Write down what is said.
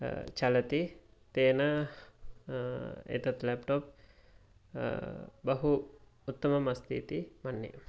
चलति तेन एतद् लेप्टोप् बहु उत्तमम् अस्ति इति मन्ये